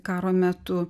karo metu